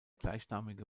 gleichnamige